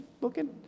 looking